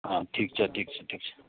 अँ ठिक छ ठिक छ ठिक छ